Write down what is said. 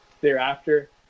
thereafter